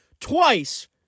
twice